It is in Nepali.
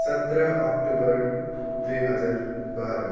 सत्र अक्टोबर दुई हजार बाह्र